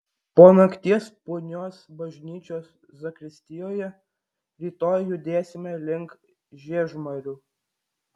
po nakties punios bažnyčios zakristijoje rytoj judėsime link žiežmarių